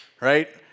right